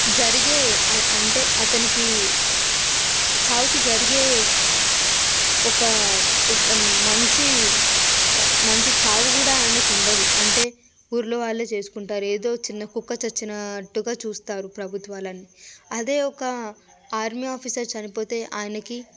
జరిగే ఆ అంటే అతనికి చావుకి జరిగే ఒక స మంచి మంచి చావు కూడా ఆయనకి ఉండదు అంటే ఊర్లో వాళ్ళే చేసుకుంటారు ఏదో చిన్న కుక్క చచ్చినట్టుగా చూస్తారు ప్రభుత్వాలన్నీ అదే ఒక ఆర్మీ ఆఫీసర్ చనిపోతే ఆయనకి